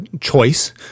choice